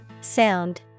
Sound